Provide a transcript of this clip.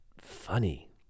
funny